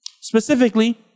Specifically